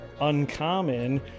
uncommon